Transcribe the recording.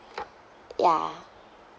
ya